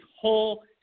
whole